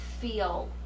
feel